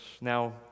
Now